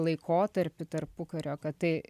laikotarpį tarpukario kad tai